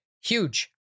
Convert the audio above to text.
Huge